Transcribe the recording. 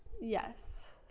yes